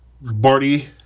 Barty